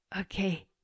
Okay